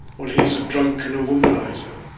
well, he's a drunk and a womaniser.